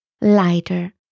Lighter